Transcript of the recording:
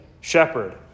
shepherd